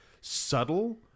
subtle